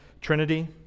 Trinity